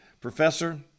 professor